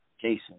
Jason